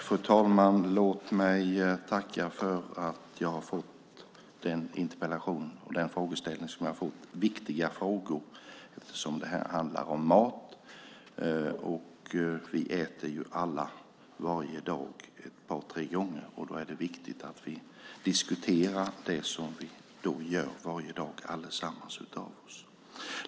Fru talman! Låt mig tacka för att jag har fått den frågeställning och den interpellation jag har fått. Det är viktiga frågor eftersom de handlar om mat. Vi äter ju alla ett par tre gånger varje dag, och därför är det viktigt att vi diskuterar detta som vi allesammans gör varje dag.